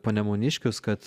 panemuniškius kad